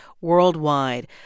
worldwide